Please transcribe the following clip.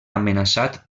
amenaçat